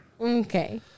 Okay